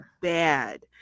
bad